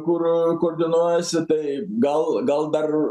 kur koordinuojasi tai gal gal dar